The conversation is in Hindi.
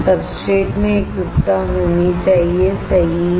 सब्सट्रेटमें एकरूपता होनी चाहिए सही है